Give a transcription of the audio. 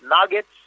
nuggets